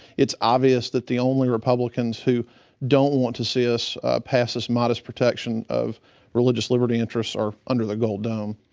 it's obvious that the only republicans who don't want to see us pass this modest protection of religious liberty interests are under the gold dome.